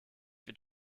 wird